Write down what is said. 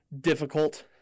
difficult